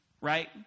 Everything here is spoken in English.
right